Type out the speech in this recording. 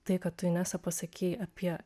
tai ką tu inesa pasakei apie